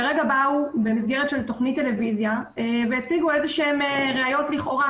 כרגע באו במסגרת תוכנית טלוויזיה והציגו איזה שהן ראיות לכאורה.